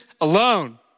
alone